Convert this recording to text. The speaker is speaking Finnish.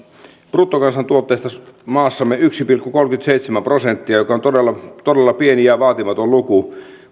bruttokansantuotteesta yksi pilkku kolmekymmentäseitsemän prosenttia joka on todella pieni ja vaatimaton luku